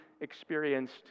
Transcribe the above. experienced